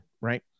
Right